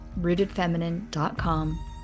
RootedFeminine.com